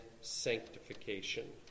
sanctification